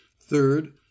Third